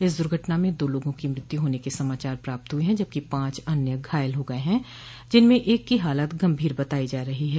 इस दुर्घटना में दो लोगों की मृत्यु होने के समाचार प्राप्त हुए है जबकि पांच अन्य घायल हो गये है जिसमें एक की हालत गंभीर बताई जा रही है